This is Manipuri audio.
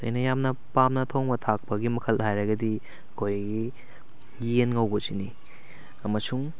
ꯑꯩꯅ ꯌꯥꯝꯅ ꯄꯥꯝꯅ ꯊꯣꯡꯕ ꯊꯥꯛꯄꯒꯤ ꯃꯈꯜ ꯍꯥꯏꯔꯒꯗꯤ ꯑꯩꯈꯣꯏꯒꯤ ꯌꯦꯟ ꯉꯧꯕꯁꯤꯅꯤ ꯑꯃꯁꯨꯡ